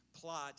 plot